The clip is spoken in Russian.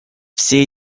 все